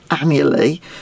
annually